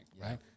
right